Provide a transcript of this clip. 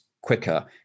quicker